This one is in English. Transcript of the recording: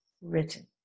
written